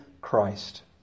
Christ